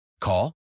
Call